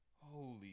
holy